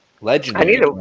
Legendary